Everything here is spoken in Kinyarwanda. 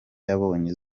yabonye